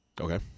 okay